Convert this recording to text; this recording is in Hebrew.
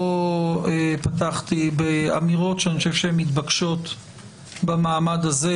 לא פתחתי באמירות שאני חושב שהן מתבקשות במעמד הזה.